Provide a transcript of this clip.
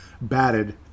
batted